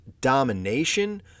domination